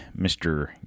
Mr